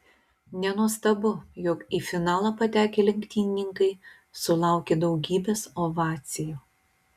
nenuostabu jog į finalą patekę lenktynininkai sulaukė daugybės ovacijų